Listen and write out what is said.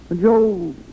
Joe